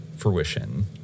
fruition